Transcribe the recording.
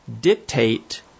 dictate